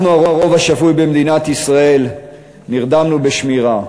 אנחנו, הרוב השפוי במדינת ישראל, נרדמנו בשמירה.